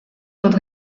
dut